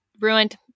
ruined